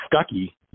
Stucky